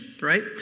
right